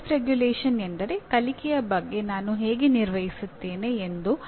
ಸ್ವಯಂ ನಿಯಂತ್ರಣ ಎಂದರೆ ಕಲಿಕೆಯ ಬಗ್ಗೆ ನಾನು ಹೇಗೆ ನಿರ್ವಹಿಸುತ್ತೇನೆ ಎಂದು